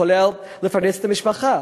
כולל לפרנס את המשפחה.